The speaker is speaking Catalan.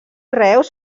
reus